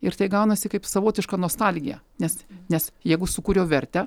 ir tai gaunasi kaip savotiška nostalgija nes nes jeigu sukuriau vertę